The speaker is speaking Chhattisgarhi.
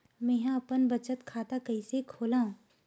मेंहा अपन बचत खाता कइसे खोलव?